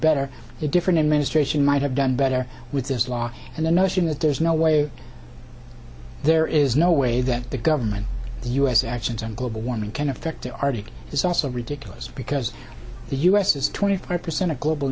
better a different administration might have done better with this law and the notion that there's no way there is no way that the government the us actions on global warming can affect the arctic is also ridiculous because the us has twenty five percent of global